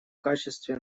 качестве